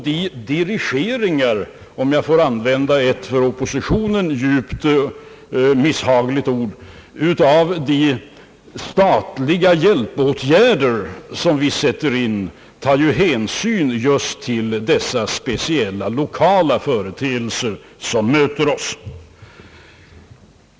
De dirigeringar, om jag får använda ett för oppositionen djupt misshagligt ord, av statliga hjälpåtgärder som vi sätter in, tar hänsyn just till dessa speciella lokala företeelser som möter oss.